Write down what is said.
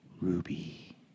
Ruby